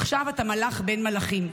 עכשיו אתה מלאך בין מלאכים.